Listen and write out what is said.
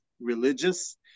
religious